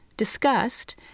discussed